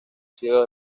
sido